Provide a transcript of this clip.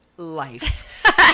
life